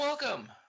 Welcome